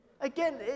Again